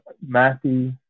Matthew